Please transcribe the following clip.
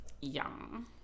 Yum